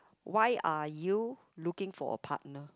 why are you looking for a partner